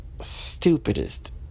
stupidest